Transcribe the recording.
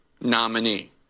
nominee